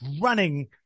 running